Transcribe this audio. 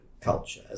culture